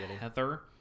heather